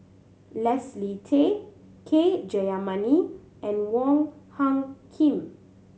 Leslie Tay K Jayamani and Wong Hung Khim